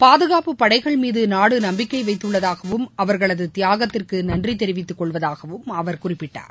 பாதுகாப்புப் படைகள் மீது நாடு நம்பிக்கை வைத்துள்ளதாகவும் அவர்களது தியாகத்திற்கு நன்றி தெரிவித்துக் கொள்வதாகவும் அவர் குறிப்பிட்டார்